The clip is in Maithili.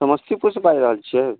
समस्तीपुर से बाजि रहल छियै